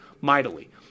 mightily